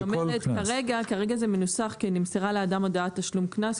כרגע זה מנוסח כ'נמסרה לאדם הודעת תשלום קנס',